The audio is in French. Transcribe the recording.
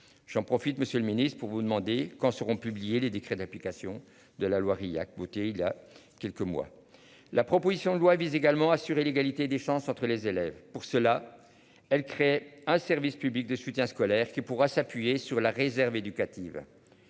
J'en profite. Monsieur le Ministre, pour vous demander quand seront publiés les décrets d'application de la Loire, il a Rilhac il y a quelques mois. La proposition de loi vise également assurer l'égalité des chances entre les élèves. Pour cela, elle crée un service public de soutien scolaire qui pourra s'appuyer sur la réserve éducative.